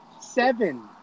Seven